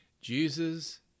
Jesus